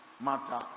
matter